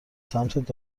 سمت